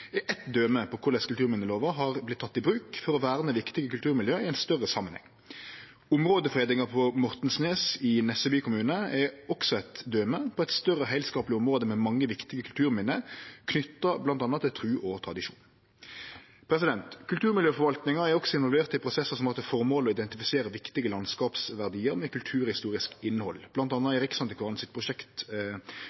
er eitt døme på korleis kulturminnelova har vorte teken i bruk for å verne viktige kulturmiljø i ein større samanheng. Områdefredinga på Mortensnes i Nesseby kommune er også eit døme på eit større, heilskapleg område med mange viktige kulturminne knytte bl.a. til tru og tradisjon. Kulturmiljøforvaltninga er også involvert i prosessar som har til formål å identifisere viktige landskapsverdiar med kulturhistorisk innhald,